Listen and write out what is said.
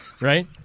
right